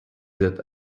that